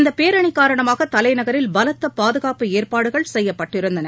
இந்தப் பேரணி காரணமாக தலைநகரில் பலத்த பாதுகாப்பு ஏற்பாடுகள் செய்யப்பட்டிருந்தன